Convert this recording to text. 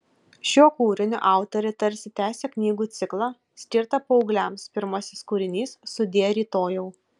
šiuo kūriniu autorė tarsi tęsia knygų ciklą skirtą paaugliams pirmasis kūrinys sudie rytojau